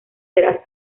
será